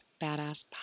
badass